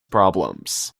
problems